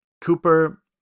Cooper